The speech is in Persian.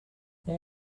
اون